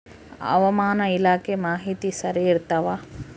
ಹವಾಮಾನ ಇಲಾಖೆ ಮಾಹಿತಿ ಸರಿ ಇರ್ತವ?